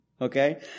Okay